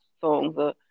songs